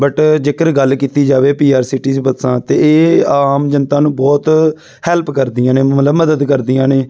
but ਜੇਕਰ ਗੱਲ ਕੀਤੀ ਜਾਵੇ P R C T C ਬੱਸਾਂ ਤਾਂ ਇਹ ਆਮ ਜਨਤਾ ਨੂੰ ਬਹੁਤ ਹੈਲਪ ਕਰਦੀਆਂ ਨੇ ਮਤਲਬ ਮਦਦ ਕਰਦੀਆਂ ਨੇ